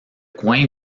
coin